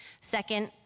Second